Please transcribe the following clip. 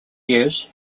years